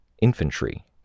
infantry